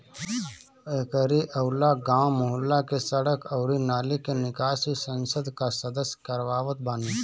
एकरी अलावा गांव, मुहल्ला के सड़क अउरी नाली के निकास भी संसद कअ सदस्य करवावत बाने